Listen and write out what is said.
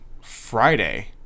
Friday